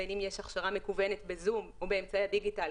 בין אם יש הכשרה מקוונת בזום או באמצעי הדיגיטל,